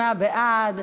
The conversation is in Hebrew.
58 בעד.